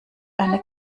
eine